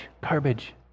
garbage